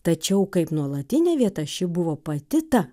tačiau kaip nuolatinė vieta ši buvo pati ta